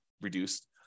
reduced